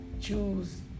choose